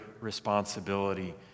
responsibility